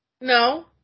No